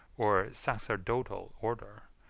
or sacerdotal order,